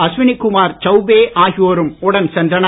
அஸ்வினிகுமார் சவுபே ஆகியோரும் உடன் சென்றனர்